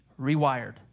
rewired